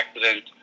accident